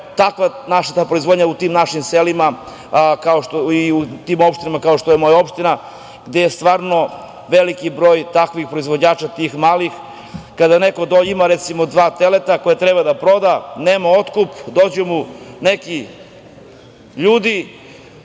Takva je proizvodnja u tim našim selima i u tim opštinama, kao što je moja opština, gde je veliki broj takvih proizvođača, tih malih. Kada neko, recimo, ima dva teleta koja treba da proda, nema otkup, dođu mu neki ljudi,